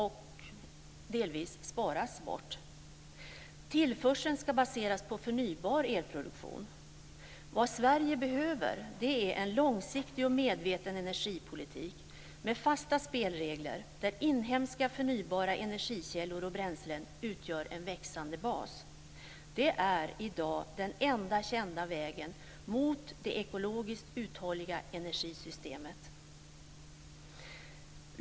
Tillförseln ska baseras på förnybar elproduktion. Vad Sverige behöver är en långsiktig och medveten energipolitik med fasta spelregler där inhemska förnybara energikällor och bränslen utgör en växande bas. Det är i dag den enda kända vägen mot det ekologiskt uthålliga energisystemet.